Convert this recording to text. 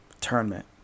Tournament